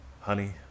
honey